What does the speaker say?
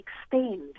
extend